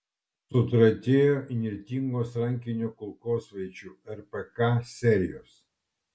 sutratėjo įnirtingos rankinio kulkosvaidžio rpk serijos